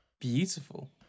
beautiful